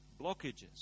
blockages